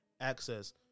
access